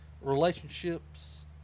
Relationships